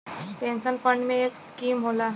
pension fund में एक scheme होला